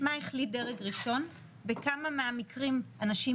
מה החליט דרג ראשון בכמה מהמקרים אנשים